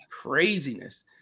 Craziness